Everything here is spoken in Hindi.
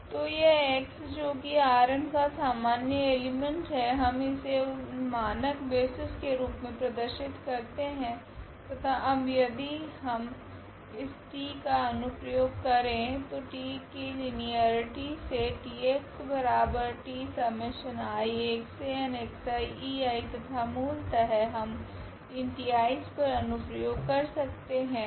तो यह x जो कि Rn का सामान्य एलीमेंट् है हम इसे उन मानक बेसिस के रूप मे प्रदर्शित करते है तथा अब यदि हम इस T का अनुप्रयोग करे तो T कि लीनियरटी से तथा मूलतः हम इन Ti's पर अनुप्रयोग कर सकते है